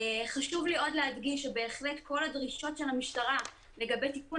חשוב לי עוד להדגיש שבהחלט כל הדרישות של המשטרה לגבי תיקון